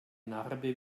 narbe